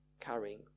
carrying